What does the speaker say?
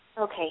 Okay